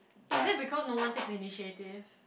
is it because no one takes initiative